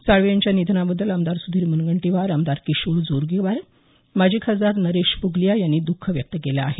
साळवे यांच्या निधनाबद्दल आमदार सुधीर मुनगंटीवार आमदार किशोर जोरगेवार माजी खासदार नरेश पुगलिया यांनी दुःख व्यक्त केलं आहे